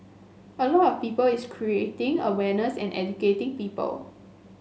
a lot of people its creating awareness and educating people